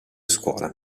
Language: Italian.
scuola